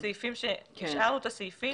השארנו את הסעיפים.